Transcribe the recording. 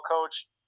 coach